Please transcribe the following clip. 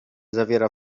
zawiera